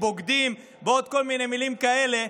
"בוגדים" ועוד כל מיני מילים כאלה.